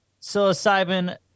Psilocybin